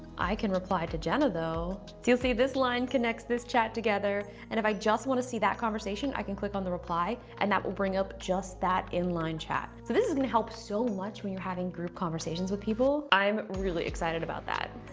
i can reply to jenna, though. so you'll see this line connects this chat together and if i just wanna see that conversation i can click on the reply and that will bring up just that inline chat. so this is gonna help so much when you're having group conversations with people. i'm really excited about that.